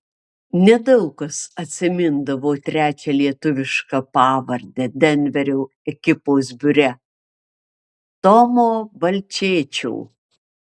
nedaug kas atsimindavo trečią lietuvišką pavardę denverio ekipos biure tomo balčėčio